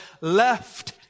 left